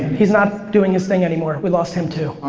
he's not doing his thing anymore. we lost him, too.